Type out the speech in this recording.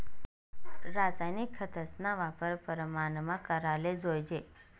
रासायनिक खतस्ना वापर परमानमा कराले जोयजे